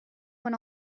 when